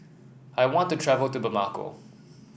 I want to travel to Bamako